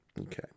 okay